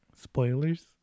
spoilers